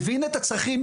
מבין את הצרכים,